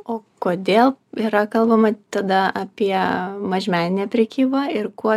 o kodėl yra kalbama tada apie mažmeninę prekybą ir kuo